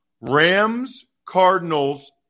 Rams-Cardinals